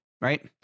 right